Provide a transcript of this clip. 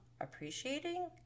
appreciating